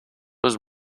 was